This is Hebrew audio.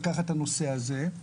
לקחת את הנושא הזה,